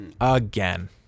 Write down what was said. again